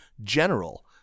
general